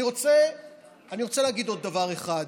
אני רוצה להגיד עוד דבר אחד.